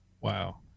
wow